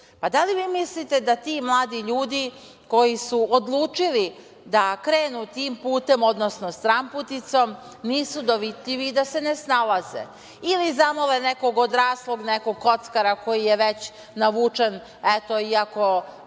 Pa, da li vi mislite da ti mladi ljudi koji su odlučili da krenu tim putem, odnosno stranputicom, nisu dovitljivi i da se ne snalaze? Ili zamole nekog odraslog, nekog kockara, koji je već navučen, eto, iako